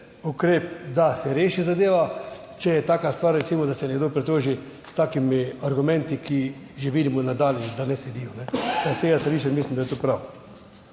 ukrep, da se reši zadeva, če je taka stvar, recimo da se nekdo pritoži s takimi argumenti, ki že vidimo na daleč, da ne stojijo. S tega stališča mislim, da je to prav.